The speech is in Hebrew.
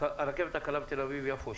הרכבת הקלה בתל-אביב יפו,